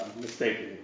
mistaken